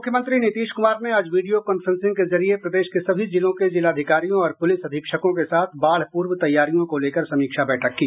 मुख्यमंत्री नीतीश कुमार ने आज वीडियो कांफ्रेसिंग के जरिये प्रदेश के सभी जिलों के जिलाधिकारियों और पुलिस अधीक्षकों के साथ बाढ़ पूर्व तैयारियों को लेकर समीक्षा बैठक की